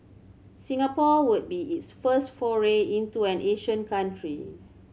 Singapore would be its first foray into an Asian country